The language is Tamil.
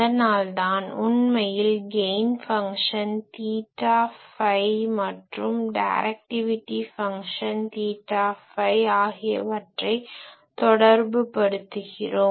அதனால் தான் உண்மையில் கெய்ன் பங்ஷன் தீட்டா ஃபை மற்றும் டைரக்டிவிட்டி ஃபங்ஷன் தீட்டா ஃபை ஆகியவற்றை தொடர்பு படுத்துகிறோம்